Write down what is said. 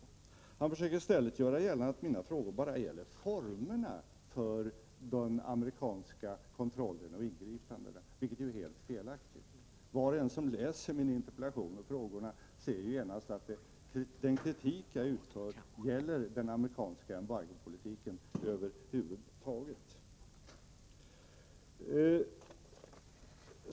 Han försöker i stället göra gällande att mina frågor bara gäller formerna för den amerikanska kontrollen av ingripandena, vilket är helt felaktigt. Var och en som läser min interpellation och frågorna ser genast att min kritik gäller den amerikanska embargopolitiken över huvud taget.